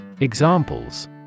Examples